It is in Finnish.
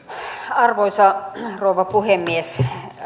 arvoisa rouva puhemies